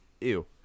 Ew